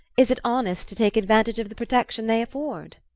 is it honest to take advantage of the protection they afford?